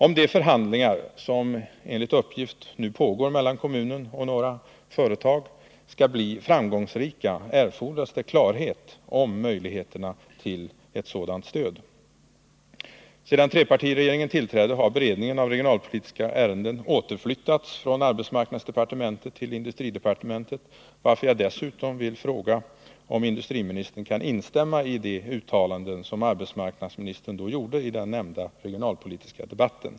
Om de förhandlingar, som enligt uppgift nu pågår mellan kommunen och några företag, skall bli framgångsrika, erfordras det klarhet Nr 26 om möjligheten till sådant stöd. Måndagen den Sedan trepartiregeringen tillträdde har beredningarna av regionalpolitiska 12 november 1979 ärenden återflyttats från arbetsmarknadsdepartementet till industridepartementet, varför jag dessutom vill fråga om industriministern kan instämma i Om sysselsättde uttalanden som arbetsmarknadsministern gjorde i den nämnda regionalningen i Karlsborgs politiska debatten.